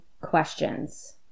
questions